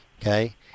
okay